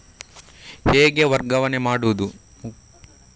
ಹೇಗೆ ವರ್ಗಾವಣೆ ಮಾಡುದು?